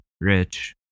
rich